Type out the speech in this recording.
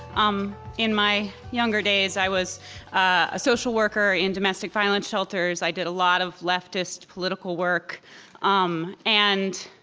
um in my younger days, i was a social worker in domestic violence shelters. i did a lot of leftist political work um and,